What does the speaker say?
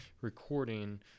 recording